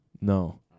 No